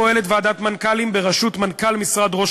פועלת ועדת מנכ"לים בראשות מנכ"ל משרד ראש